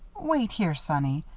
wait here, sonny.